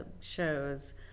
shows